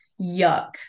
Yuck